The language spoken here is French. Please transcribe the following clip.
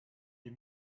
les